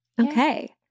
Okay